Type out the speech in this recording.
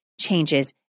changes